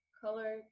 color